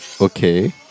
Okay